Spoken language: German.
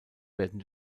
werden